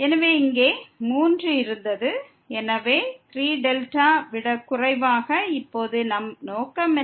எனவே இங்கே 3 இருந்தது எனவே 3δ விட குறைவாக இருந்தது இப்போது நம் நோக்கம் என்ன